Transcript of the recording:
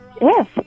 Yes